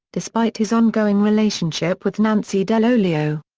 despite his on-going relationship with nancy dell'olio.